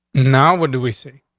now, what do we see?